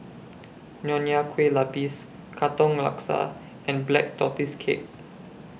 Nonya Kueh Lapis Katong Laksa and Black Tortoise Cake